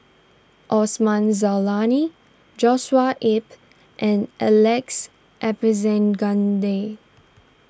Osman Zailani Joshua Ip and Alex